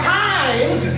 times